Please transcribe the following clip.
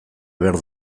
behar